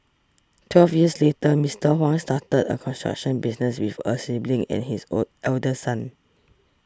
twelve years later Mister Huang started a construction business with a sibling and his old eldest son